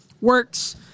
works